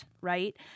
right